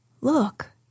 look